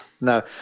no